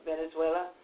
Venezuela